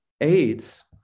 aids